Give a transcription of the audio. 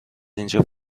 اینجا